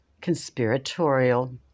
conspiratorial